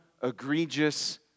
egregious